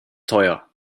teuer